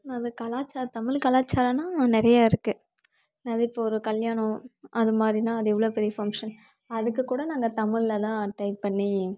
அது கலாச்சார தமிழ் கலாச்சாரோனால் நிறையா இருக்குது அதே இப்போ ஒரு கல்யாணம் அது மாதிரினா அது எவ்வளோ பெரிய ஃபங்க்ஷன் அதுக்கு கூட நாங்கள் தமிழில்தான் டைப் பண்ணி